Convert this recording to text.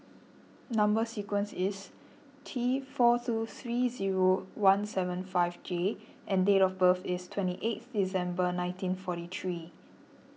Number Sequence is T four two three zero one seven five J and date of birth is twenty eighth December nineteen forty three